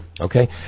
Okay